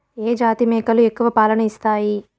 ఏ జాతి మేకలు ఎక్కువ పాలను ఇస్తాయి?